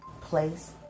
place